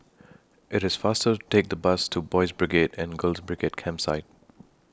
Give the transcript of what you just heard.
IT IS faster to Take The Bus to Boys' Brigade and Girls' Brigade Campsite